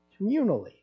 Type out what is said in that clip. communally